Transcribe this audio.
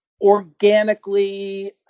Organically